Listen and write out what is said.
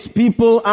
people